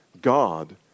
God